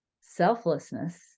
selflessness